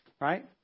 right